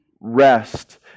rest